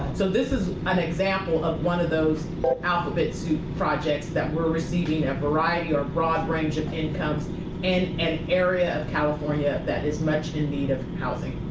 so this is an example of one of those alphabet soup projects that we're receiving a variety of broad range of incomes in an area of california that is much in need of housing.